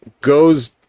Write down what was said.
goes